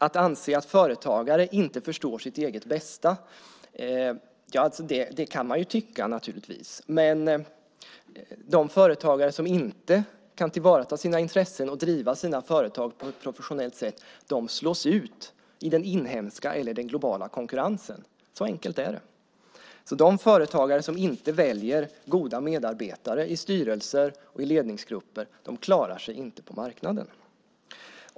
Att anse att företagare inte förstår sitt eget bästa kan man naturligtvis göra, men de företagare som inte kan tillvarata sina intressen och driva sina företag på ett professionellt sätt slås ut i den inhemska eller globala konkurrensen. Så enkelt är det. De företagare som inte väljer goda medarbetare i styrelser och ledningsgrupper klarar sig inte på marknaden.